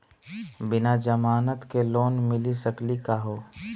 बिना जमानत के लोन मिली सकली का हो?